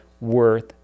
worth